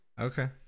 Okay